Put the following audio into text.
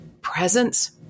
presence